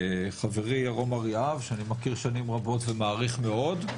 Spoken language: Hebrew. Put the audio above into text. חברי ירום אריאב, שאני מכיר שנים רבות ומעריך מאד.